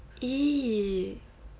!ee!